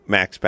Max